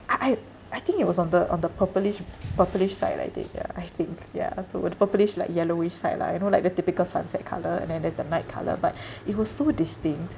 I I I think it was on the on the purplish purplish side lah I think ya I think ya so with the purplish like yellowish side lah you know like the typical sunset colour and then there's the night colour but it was so distinct